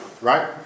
right